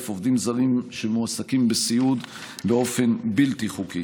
עובדים זרים שמועסקים בסיעוד באופן בלתי חוקי.